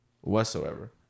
Whatsoever